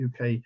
UK